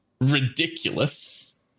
ridiculous